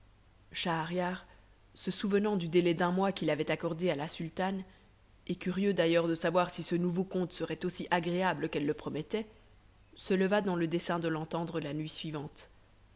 schahriar se souvenant du délai d'un mois qu'il avait accordé à la sultane et curieux d'ailleurs de savoir si ce nouveau conte serait aussi agréable qu'elle le promettait se leva dans le dessein de l'entendre la nuit suivante